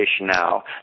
now